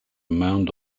mound